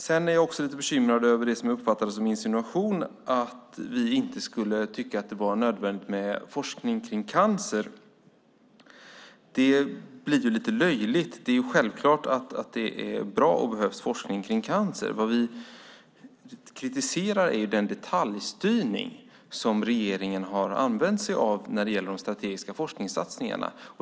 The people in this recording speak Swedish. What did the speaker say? Jag är också lite bekymrad över det som jag uppfattade som en insinuation om att vi inte skulle tycka att det var nödvändigt med forskning om cancer. Det blir lite löjligt. Det är självklart att det är bra med forskning om cancer och att det behövs. Vad vi kritiserar är den detaljstyrning som regeringen har använt sig av i de strategiska forskningssatsningarna.